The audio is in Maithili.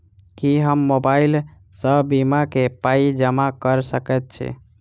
की हम मोबाइल सअ बीमा केँ पाई जमा कऽ सकैत छी?